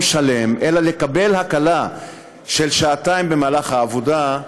שלם אלא לקבל הקלה של שעתיים ביום העבודה,